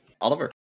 Oliver